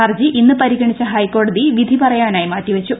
ഹർജി ഇന്ന് പരിഗണിച്ച ഹൈക്കോടതി വിധി പറയാനായി മാറ്റി വച്ചു